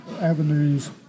avenues